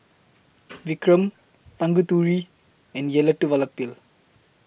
Vikram Tanguturi and Elattuvalapil